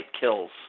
kills